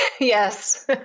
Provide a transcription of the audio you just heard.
Yes